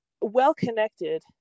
well-connected